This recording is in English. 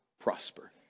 prosper